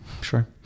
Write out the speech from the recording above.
Sure